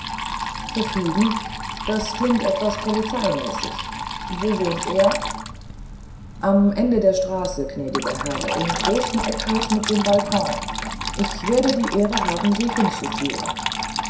verfügen das klingt etwas polizeimäßig wo wohnt er am ende der straße gnädiger herr im großen eckhause mit dem balkon ich werde die ehre haben sie hinzuführen